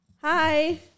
Hi